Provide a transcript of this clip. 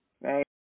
Right